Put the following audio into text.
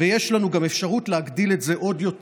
ויש לנו גם אפשרות להגדיל את זה עוד יותר.